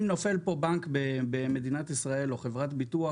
אם נופל פה בנק במדינת ישראל או חברת ביטוח,